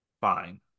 Fine